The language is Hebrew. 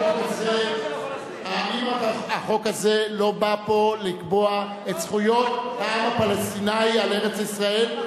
החוק הזה לא בא פה לקבוע את זכויות העם הפלסטיני על ארץ-ישראל.